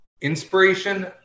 Inspiration